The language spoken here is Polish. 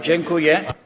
Dziękuję.